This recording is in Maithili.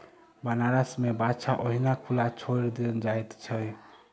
बनारस मे बाछा ओहिना खुला छोड़ि देल जाइत छै